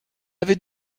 avait